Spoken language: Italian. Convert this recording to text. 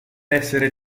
essere